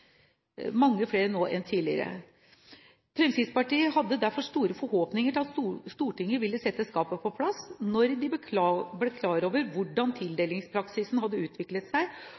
mange flere nå enn tidligere. Fremskrittspartiet hadde derfor store forhåpninger til at Stortinget ville sette skapet på plass da de ble klar over hvordan tildelingspraksisen hadde utviklet seg,